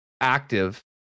active